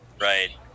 right